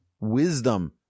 wisdom